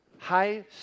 High